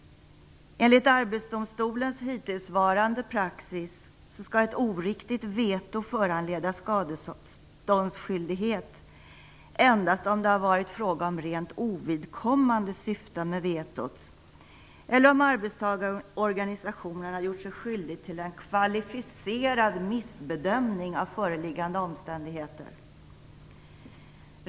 Enligt Arbetsdomstolens hittillsvarande praxis skall ett oriktigt veto föranleda skadeståndsskyldighet endast om det varit fråga om rent ovidkommande syften med vetot eller om arbetstagarorganisationen har gjort sig skyldig till en kvalificerad missbedömning av föreliggande omständigheter.